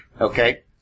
Okay